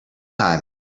time